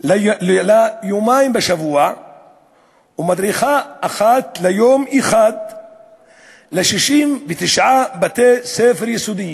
ליומיים בשבוע ומדריכה אחת ליום אחד ל-69 בתי ספר יסודיים,